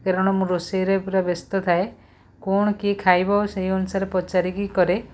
କାରଣ ମୁଁ ରୋଷେଇରେ ପୁରା ବ୍ୟସ୍ତ ଥାଏ କ'ଣ କିଏ ଖାଇବ ସେହି ଅନୁସାରେ ପଚାରିକି କରେ